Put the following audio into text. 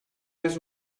les